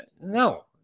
No